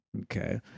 okay